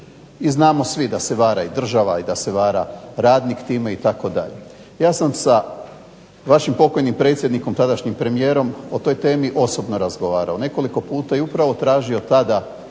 I znamo svi da se vara i država i da se vara radnik time itd. Ja sam sa vašim pokojnim predsjednikom, tadašnjim premijerom, o toj temi osobno razgovarao nekoliko puta i upravo tražio tada